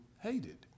hated